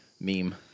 meme